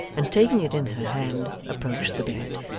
and taking it in her hand, approached the bed.